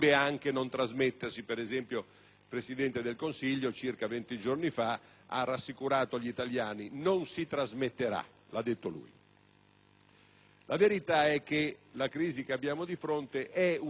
Presidente del Consiglio, per esempio, circa venti giorni fa, ha rassicurato gli italiani dicendo che non si trasmetterà. L'ha detto lui. La verità è che la crisi che abbiamo di fronte è una crisi economica